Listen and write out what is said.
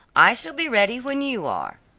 i shall be ready when you are.